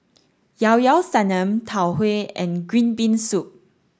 Llao Llao Sanum Tau Huay and green bean soup